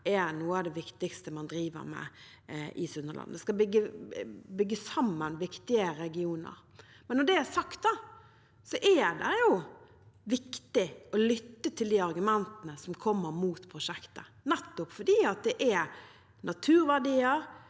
noe av det viktigste man driver med i Sunnhordland. Det skal bygge sammen viktige regioner. Når det er sagt, er det viktig å lytte til de argumentene som kommer mot prosjektet, nettopp fordi det gjelder naturverdier